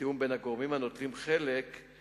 ותיאום בין הגורמים המשתתפים בהפעלתה,